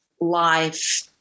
life